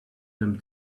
them